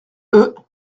eux